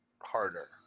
harder